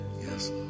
yes